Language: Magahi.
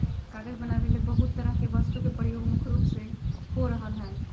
कागज बनावे ले बहुत तरह के वस्तु के प्रयोग मुख्य रूप से हो रहल हल